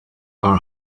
our